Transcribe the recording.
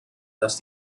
dass